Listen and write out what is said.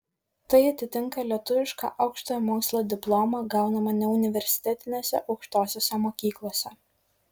tai atitinka lietuvišką aukštojo mokslo diplomą gaunamą neuniversitetinėse aukštosiose mokyklose